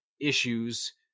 issues